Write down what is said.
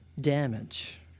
damage